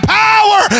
power